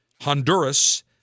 Honduras